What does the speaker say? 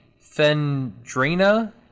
Fendrina